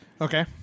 Okay